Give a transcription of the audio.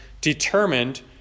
determined